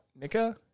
Nika